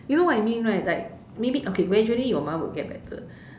you know what I mean right maybe okay like gradually your mum will get better